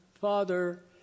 father